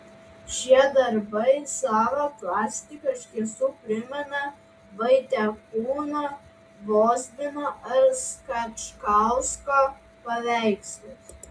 šie darbai sava plastika iš tiesų primena vaitekūno vozbino ar skačkausko paveikslus